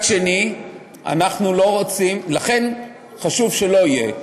לכן חשוב שלא יהיה.